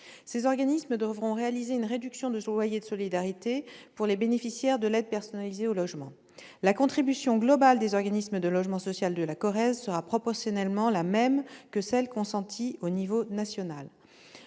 Ils devront réaliser une réduction de loyer de solidarité pour les bénéficiaires de l'aide personnalisée au logement. La contribution globale des organismes de logement social de la Corrèze sera proportionnellement la même que celle qui est consentie à l'échelon national.